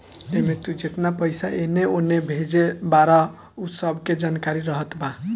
एमे तू जेतना पईसा एने ओने भेजले बारअ उ सब के जानकारी रहत बा